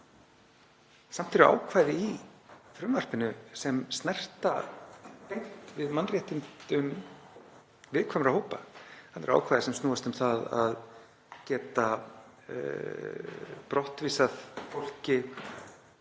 Samt eru ákvæði í frumvarpinu sem snerta beint við mannréttindum viðkvæmra hópa. Það eru ákvæði sem snúast um það að geta brottvísað fólki